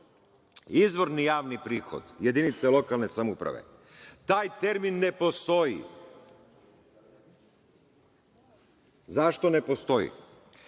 izvorni javni prihod jedinice lokalne samouprave, taj termin ne postoji. Zašto ne postoji?